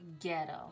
ghetto